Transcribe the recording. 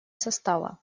состава